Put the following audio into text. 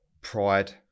pride